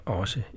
også